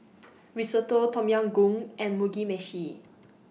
Risotto Tom Yam Goong and Mugi Meshi